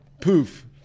poof